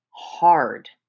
hard